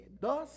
Thus